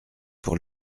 pour